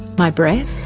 my breath?